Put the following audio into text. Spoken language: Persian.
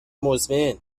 مزمن